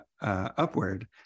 upward